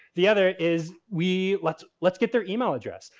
the other is we. let's let's get their email address.